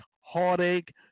heartache